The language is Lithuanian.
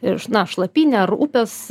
iš na šlapynė ar upės